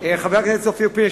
חבר הכנסת אופיר פינס,